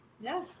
Yes